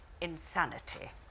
insanity